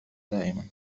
دائمًا